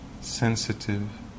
sensitive